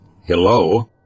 Hello